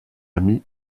amie